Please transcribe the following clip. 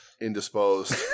indisposed